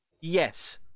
yes